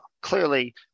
clearly